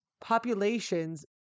populations